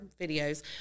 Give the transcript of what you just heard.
videos